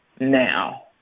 now